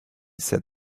said